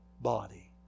body